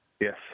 Yes